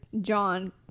John